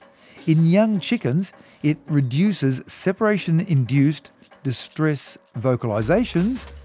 in young chickens it reduces separation-induced distress vocalisations.